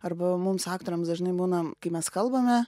arba mums aktoriams dažnai būna kai mes kalbame